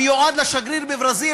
המיועד לשגריר בברזיל,